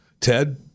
Ted